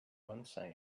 unsay